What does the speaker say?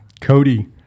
Cody